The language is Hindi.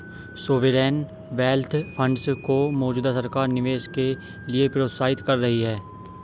सॉवेरेन वेल्थ फंड्स को मौजूदा सरकार निवेश के लिए प्रोत्साहित कर रही है